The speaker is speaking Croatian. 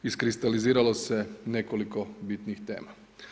Iskristaliziralo se nekoliko bitnih tema.